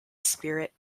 spirit